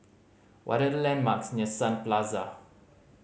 what are the landmarks near Sun Plaza